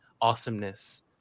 awesomeness